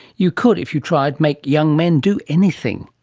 you could, if you tried, make young men do anything.